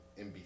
NBC